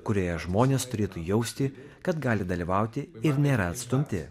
kurioje žmonės turėtų jausti kad gali dalyvauti ir nėra atstumti